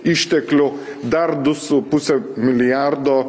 išteklių dar du su puse milijardo